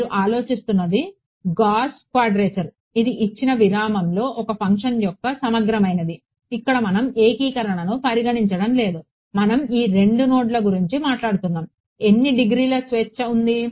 మీరు ఆలోచిస్తున్నది Gauss quadrature ఇది ఇచ్చిన విరామంలో ఒక ఫంక్షన్ యొక్క సమగ్రమైనది ఇక్కడ మనం ఏకీకరణను పరిగణించడం లేదు మనం ఈ 2 నోడ్ల గురించి మాట్లాడుతున్నాము ఎన్ని డిగ్రీల స్వేచ్ఛ ఉంది